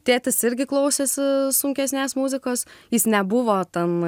tėtis irgi klausėsi sunkesnės muzikos jis nebuvo ten